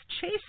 chase